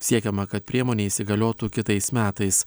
siekiama kad priemonė įsigaliotų kitais metais